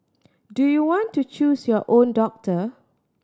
do you want to choose your own doctor